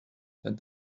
that